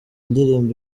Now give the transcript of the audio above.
ndirimbo